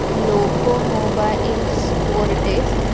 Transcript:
loco mobile sport F